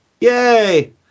Yay